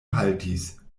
haltis